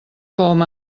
com